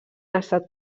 estat